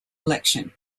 election